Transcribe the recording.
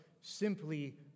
simply